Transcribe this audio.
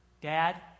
Dad